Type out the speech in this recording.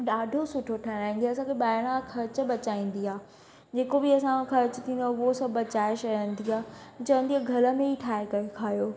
ॾाढो सुठो ठहाराईंदी आहे असांखे बाहिरां ख़र्चु बचाईंदी आहे जेको बि असांजो ख़र्चु थींदो आहे उहो सभु बचाए छॾींदी आहे चहंदी आहे घर में ई ठाहे करे खायो